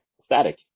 static